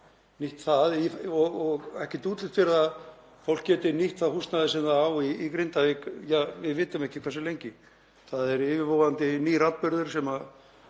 nýtt það og ekkert útlit er fyrir að fólk geti nýtt það húsnæði sem það á í Grindavík, við vitum ekki hversu lengi. Það er yfirvofandi nýr atburður sem